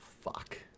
Fuck